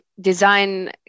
design